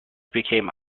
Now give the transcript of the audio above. became